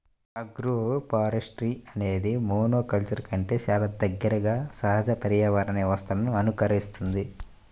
agroforestry అనేది మోనోకల్చర్ల కంటే చాలా దగ్గరగా సహజ పర్యావరణ వ్యవస్థలను అనుకరిస్తుంది